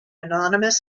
anonymous